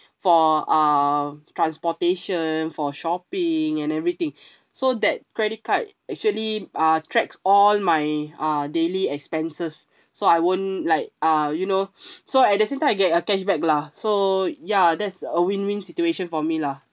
for uh transportation for shopping and everything so that credit card actually uh tracks all my uh daily expenses so I won't like uh you know so at the same time I get a cashback lah so ya that's a win win situation for me lah